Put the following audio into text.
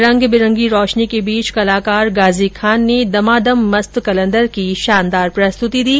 रंग बिरंगी रोशनी के बीच कलाकार गाज़ी खान ने दमादम मस्त कलंदर की प्रस्तुती दी